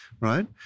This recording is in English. right